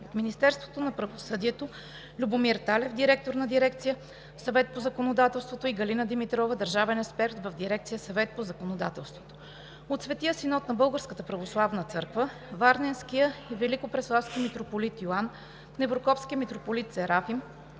Министерството на правосъдието – Любомир Талев – директор на Дирекция „Съвет по законодателство“, и Галина Димитрова – държавен експерт в Дирекция „Съвет по законодателство“; Светия Синод на Българската православна църква (БПЦ) – Варненският и Великопреславски митрополит Йоан, Неврокопският митрополит Серафим,